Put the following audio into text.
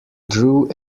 drew